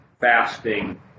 fasting